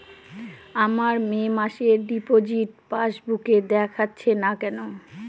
আমার মে মাসের ডিপোজিট পাসবুকে দেখাচ্ছে না কেন?